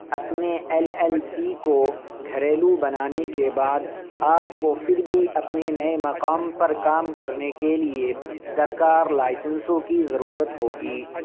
اپنے L L C کو گھریلو بنانے کے بعد آپ کو پھر بھی اپنے نئے مقام پر کام کرنے کے لیے درکار لائسنسوں کی ضرورت ہوگی